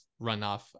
runoff